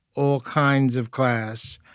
all kinds of class.